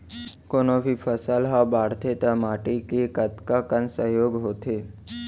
कोनो भी फसल हा बड़थे ता माटी के कतका कन सहयोग होथे?